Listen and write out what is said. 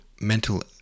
mental